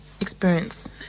experience